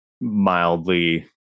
mildly